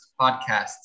podcasts